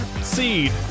seed